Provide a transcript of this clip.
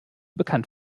bekannt